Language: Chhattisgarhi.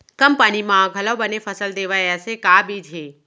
कम पानी मा घलव बने फसल देवय ऐसे का बीज हे?